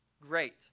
great